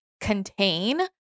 contain